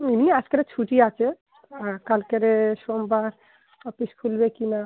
এমনি আজকেরে ছুটি আছে হ্যাঁ কালকেরে সোমবার অফিস খুলবে কি না